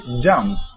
jump